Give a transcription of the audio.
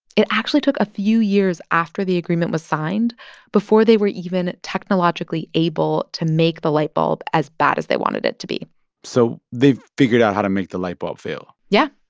it actually took a few years after the agreement was signed before they were even technologically able to make the light bulb as bad as they wanted it to be so they figured out how to make the light bulb fail yeah,